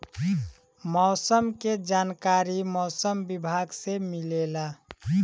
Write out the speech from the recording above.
मौसम के जानकारी मौसम विभाग से मिलेला?